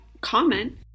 comment